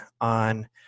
on